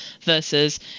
versus